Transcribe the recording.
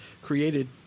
created